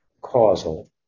causal